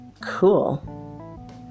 cool